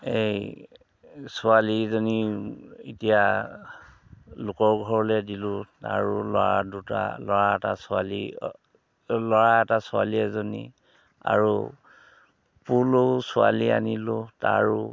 এই ছোৱালীজনী এতিয়া লোকৰ ঘৰলৈ দিলোঁ আৰু ল'ৰা দুটা ল'ৰা এটা ছোৱালী ল'ৰা এটা ছোৱালী এজনী আৰু পোলৈও ছোৱালী আনিলোঁ তাৰো